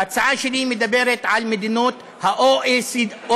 ההצעה שלי מדברת על מדינות ה-OECD.